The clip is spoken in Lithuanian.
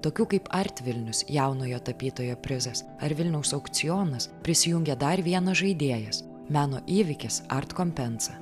tokių kaip art vilnius jaunojo tapytojo prizas ar vilniaus aukcionas prisijungė dar vienas žaidėjas meno įvykis art kompensa